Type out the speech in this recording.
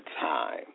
time